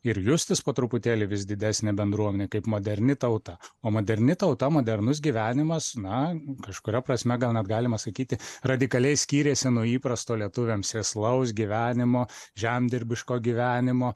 ir justis po truputėlį vis didesnė bendruomenė kaip moderni tauta o moderni tauta modernus gyvenimas na kažkuria prasme gal net galima sakyti radikaliai skyrėsi nuo įprasto lietuviams sėslaus gyvenimo žemdirbiško gyvenimo